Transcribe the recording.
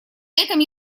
этом